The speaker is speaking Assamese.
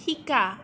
শিকা